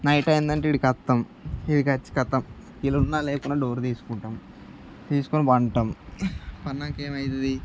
night అయిందంటే ఇక్కడికి వస్తాము ఇక్కడికి వచ్చి వీళ్ళున్నా లేకపోయినా డోరు తీసుకుటాం తీసుకున్న పంటం పన్నాక ఏమవుతుంది